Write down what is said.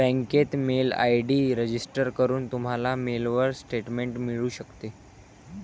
बँकेत mail ID register करून, तुम्हाला मेलवर स्टेटमेंट मिळू शकते